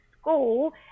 school